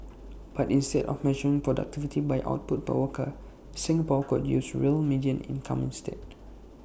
but instead of measuring productivity by output per worker Singapore could use real median income instead